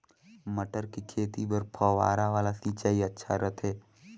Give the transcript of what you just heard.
मटर के खेती बर फव्वारा वाला सिंचाई अच्छा रथे?